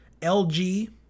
LG